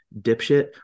dipshit